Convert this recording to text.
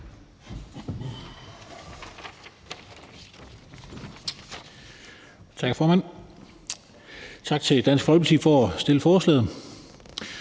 Tak, formand. Tak til Dansk Folkeparti for at fremsætte forslaget.